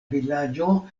vilaĝo